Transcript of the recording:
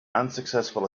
unsuccessful